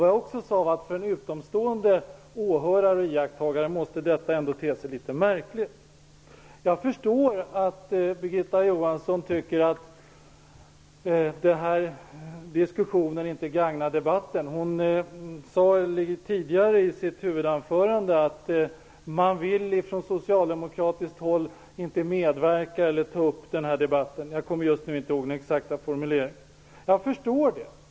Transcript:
Vad jag sade var att detta måste te sig litet märkligt för en utomstående iakttagare. Herr talman! Jag förstår att Birgitta Johansson tycker att denna diskussion inte gagnar debatten. Hon sade i sitt huvudanförande att man från socialdemokratiskt håll inte vill medverka i eller ta upp denna debatt -- jag kommer inte ihåg den exakta formuleringen.